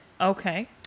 Okay